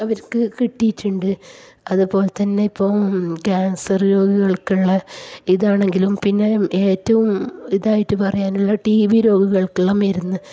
അവർക്ക് കിട്ടിയിട്ടുണ്ട് അതുപോലെ തന്നെ ഇപ്പോൾ ക്യാൻസർ രോഗികൾക്കുള്ള ഇതാണെങ്കിലും പിന്നെ ഏറ്റവും ഇതായിട്ട് പറയാനുള്ളത് ടി ബി രോഗികൾക്കുള്ള മരുന്ന്